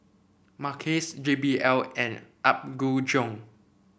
Mackays J B L and Apgujeong